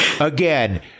again